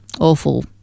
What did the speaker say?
awful